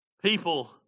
People